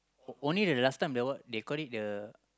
oh only the last time the what they call it the